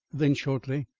then shortly,